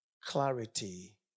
clarity